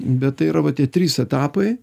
bet tai yra va tie trys etapai